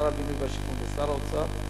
שר הבינוי והשיכון ושר האוצר,